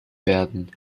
werden